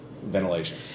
Ventilation